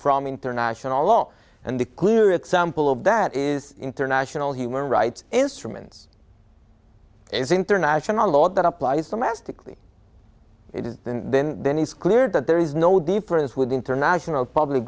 from international law and the clue example of that is international human rights instruments is international law that applies domestically it is then then he's clear that there is no difference with international public